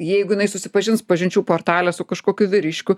jeigu jinai susipažins pažinčių portale su kažkokiu vyriškiu